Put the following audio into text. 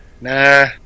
Nah